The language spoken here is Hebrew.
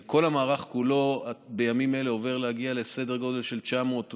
כל המערך כולו בימים אלה עובר לסדר גודל של 900,